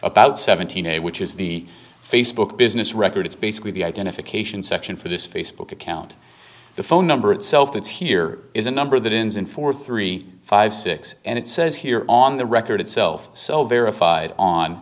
about seventeen a which is the facebook business record it's basically the identification section for this facebook account the phone number itself that's here is a number that is in for three five six and it says here on the record itself so verified on